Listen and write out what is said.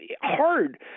hard